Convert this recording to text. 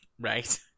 Right